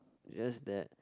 yes that